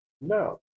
No